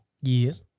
Yes